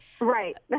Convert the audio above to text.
Right